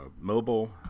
mobile